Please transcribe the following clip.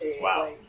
Wow